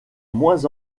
moins